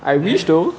I wish though